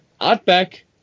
Outback